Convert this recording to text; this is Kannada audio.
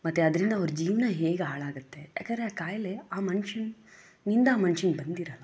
ಮತ್ತೆ ಅದರಿಂದ ಅವ್ರ ಜೀವನ ಹೇಗೆ ಹಾಳಾಗುತ್ತೆ ಯಾಕೆಂದರೆ ಆ ಖಾಯಿಲೆ ಆ ಮನುಷ್ಯನಿಂದ ಮನುಷ್ಯನಿಗೆ ಬಂದಿರಲ್ಲ